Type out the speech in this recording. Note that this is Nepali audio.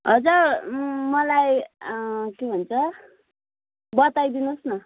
हजुर मलाई के भन्छ बताइ दिनु होस् न